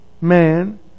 man